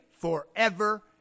forever